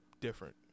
Different